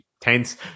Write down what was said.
tense